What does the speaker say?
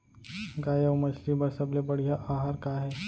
गाय अऊ मछली बर सबले बढ़िया आहार का हे?